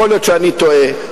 יכול להיות שאני טועה.